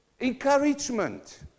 encouragement